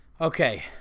Okay